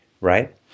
right